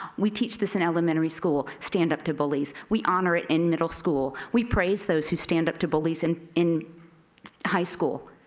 we teach this in elementary school. stand up to bullies. we honor ah in middle school. we praise those who stand up to bullies in in high school.